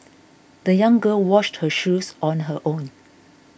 the young girl washed her shoes on her own